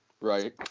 Right